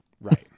right